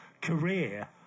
career